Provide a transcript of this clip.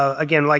ah again, like